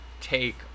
take